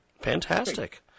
Fantastic